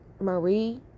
marie